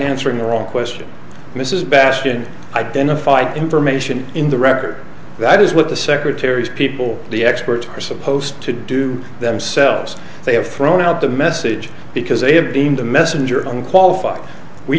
answering the wrong question mrs bastion identified information in the record that is what the secretary's people the experts are supposed to do themselves they have thrown out the message because they have deemed the messenger unqualified we